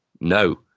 no